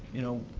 you know,